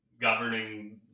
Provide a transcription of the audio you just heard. governing